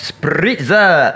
Spritzer